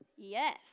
Yes